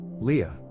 Leah